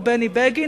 או בני בגין,